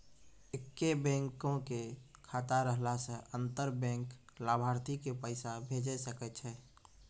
एक्के बैंको के खाता रहला से अंतर बैंक लाभार्थी के पैसा भेजै सकै छै